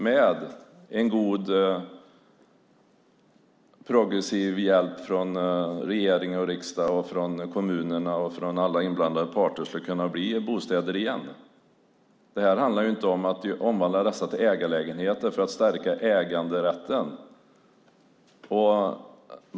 Med en god progressiv hjälp från regering och riksdag och från kommunerna och alla inblandade parter skulle de kunna bli bostäder igen. Det handlar inte om att omvandla dessa till ägarlägenheter för att stärka äganderätten.